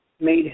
made